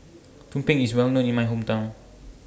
Tumpeng IS Well known in My Hometown